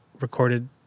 recorded